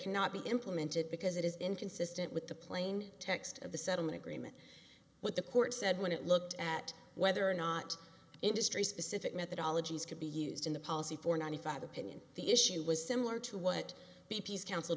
cannot be implemented because it is inconsistent with the plain text of the settlement agreement what the court said when it looked at whether or not industry specific methodology is can be used in the policy for ninety five opinion the issue was similar to what the peace council